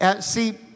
See